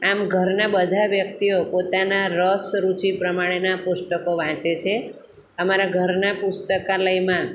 આમ ઘરના બધા વ્યક્તિઓ પોતાના રસ રુચિ પ્રમાણેના પુસ્તકો વાંચે છે અમારા ઘરના પુસ્તકાલયમાં